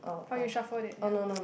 oh you shuffled it ya